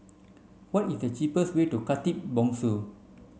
what is the cheapest way to Khatib Bongsu